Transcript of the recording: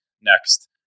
next